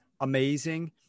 amazing